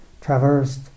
traversed